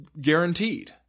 guaranteed